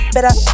Better